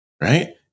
right